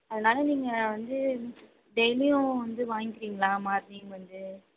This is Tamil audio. அதனால் நீங்கள் வந்து டெய்லியும் வந்து வாங்கிக்கிறிங்களா மார்னிங் வந்து